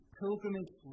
pilgrimage